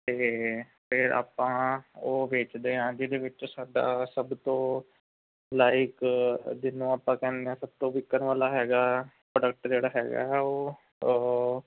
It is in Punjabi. ਅਤੇ ਫਿਰ ਆਪਾਂ ਉਹ ਵੇਚਦੇ ਹਾਂ ਜਿਹਦੇ ਵਿੱਚ ਸਾਡਾ ਸਭ ਤੋਂ ਲਾਈਕ ਜਿਹਨੂੰ ਆਪਾਂ ਕਹਿੰਦੇ ਹਾਂ ਸਭ ਤੋਂ ਵਿਕਣ ਵਾਲਾ ਹੈਗਾ ਪ੍ਰੋਡਕਟ ਜਿਹੜਾ ਹੈਗਾ ਉਹ